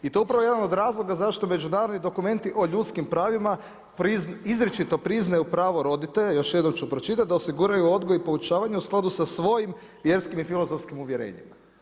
I to je upravo jedan od razloga zašto međunarodni dokumenti o ljudskim pravima, izričito priznaju pravo roditelja, još jednom ću pročitati, da osiguraju odgoj i poučavanje u skladu sa svojim vjerskim i filozofskim uvjerenjem.